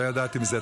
לא ידעתי מזה.